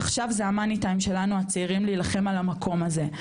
עכשיו זה המאני טיים שלנו הצעירים להילחם על המקום הזה,